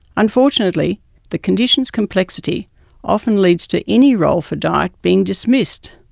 unfortunately the condition's complexity often leads to any role for diet being dismissed,